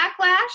backlash